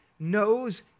knows